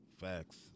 Facts